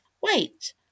Wait